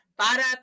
Para